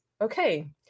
Okay